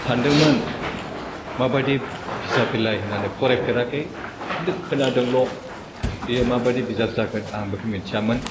सानदोंमोन मा बायदि बिजाब बेलाय फरायफेराखै खिन्थु खोनादोंल' बेयो मा बायदि बिजाब जागोन आं बेखौ मिथियामोन